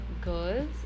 girls